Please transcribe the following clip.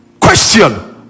Question